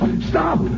Stop